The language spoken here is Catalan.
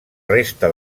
resta